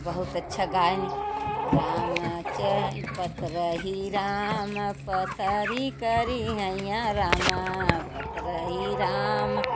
बहुत अच्छा गायन